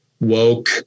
Woke